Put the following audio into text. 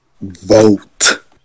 vote